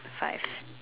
five